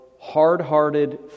hard-hearted